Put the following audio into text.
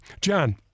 John